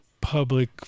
public